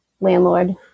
Landlord